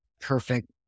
perfect